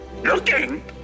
Looking